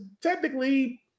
technically